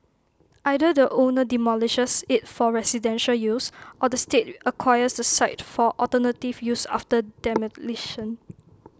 either the owner demolishes IT for residential use or the state acquires the site for alternative use after demolition